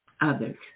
others